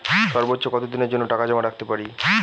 সর্বোচ্চ কত দিনের জন্য টাকা জমা রাখতে পারি?